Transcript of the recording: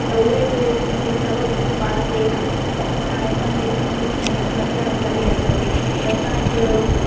त उए बि ईअं चवनि थियूं पाण खे त असां इनखे पुलिस में फरियादु करे अचूं त असां हिकु